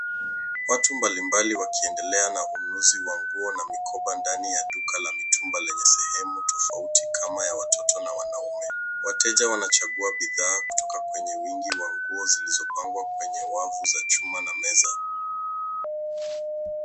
Watu mbalimbali wakiendelea na ununuzi wa nguo na mikoba ndani ya duka la mitumba lenye sehemu tofauti kama ya watoto na wanaume. Wateja wanachagua bidhaa kutoka kwenye wingi wa nguo zilizopangwa kwenye wavu za chuma na meza.